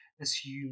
assume